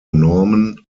norman